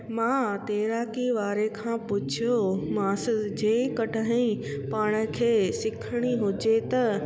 मां तैराकी वारे खां पुछियो मांसि जेकॾहिं पाण खे सिखणी हुजे त